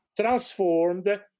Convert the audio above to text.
transformed